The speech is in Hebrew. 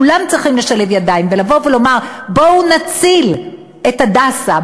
כולם צריכים לשלב ידיים ולומר: בואו נציל את "הדסה",